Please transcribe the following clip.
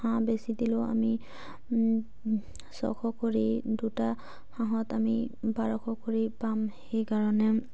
হাঁহ বেচি দিলেও আমি ছশ কৰি দুটা হাঁহত আমি বাৰশ কৰি পাম সেইকাৰণে